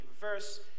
verse